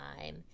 time